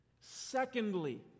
Secondly